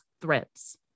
threats